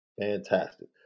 fantastic